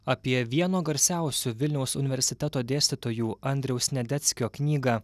apie vieno garsiausių vilniaus universiteto dėstytojų andriaus sniadeckio knygą